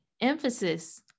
Emphasis